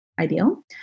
ideal